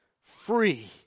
free